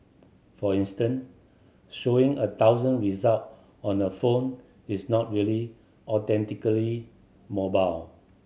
for instance showing a thousand result on a phone is not really authentically mobile